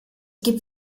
gibt